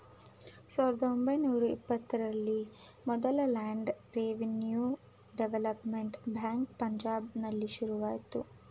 ಸಾವಿರದ ಒಂಬೈನೂರ ಇಪ್ಪತ್ತರಲ್ಲಿ ಮೊದಲ ಲ್ಯಾಂಡ್ ರೆವಿನ್ಯೂ ಡೆವಲಪ್ಮೆಂಟ್ ಬ್ಯಾಂಕ್ ಪಂಜಾಬ್ನಲ್ಲಿ ಶುರುವಾಯ್ತು